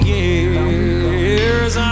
years